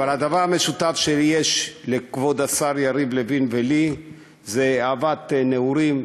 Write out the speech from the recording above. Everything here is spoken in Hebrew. הדבר המשותף שיש לכבוד השר יריב לוין ולי זה אהבת נעורים,